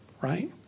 right